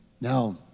Now